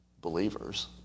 believers